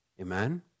Amen